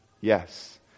Yes